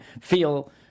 feel